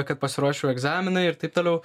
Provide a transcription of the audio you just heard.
kad pasiruoščiau egzaminui ir taip toliau